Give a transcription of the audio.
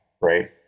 right